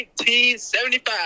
1975